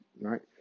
Right